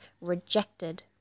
rejected